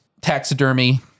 taxidermy